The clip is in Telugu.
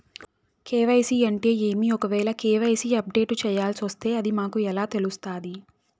కె.వై.సి అంటే ఏమి? ఒకవేల కె.వై.సి అప్డేట్ చేయాల్సొస్తే అది మాకు ఎలా తెలుస్తాది?